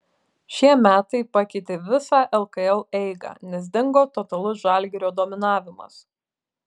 šie metai pakeitė visą lkl eigą nes dingo totalus žalgirio dominavimas